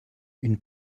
une